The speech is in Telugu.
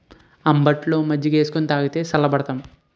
అంబట్లో మజ్జికేసుకొని తాగితే సల్లబడతాం